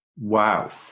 Wow